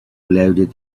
loaded